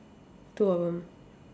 two of them